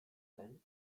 then